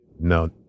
No